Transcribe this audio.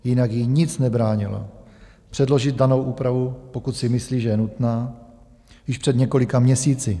Jinak jí nic nebránilo předložit danou úpravu, pokud si myslí, že je nutná, již před několika měsíci.